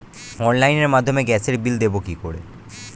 অনলাইনের মাধ্যমে গ্যাসের বিল দেবো কি করে?